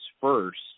first